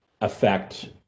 affect